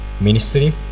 ministry